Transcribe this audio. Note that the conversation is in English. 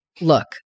Look